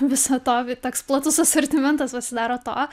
visa to vi toks platus asortimentas pasidaro to